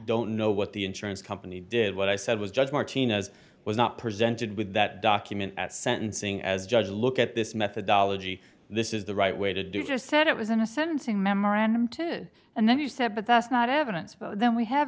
don't know what the insurance company did what i said was just martinez was not presented with that document at sentencing as judge look at this methodology this is the right way to do you just said it was in a sentencing memorandum two and then you said but that's not evidence then we have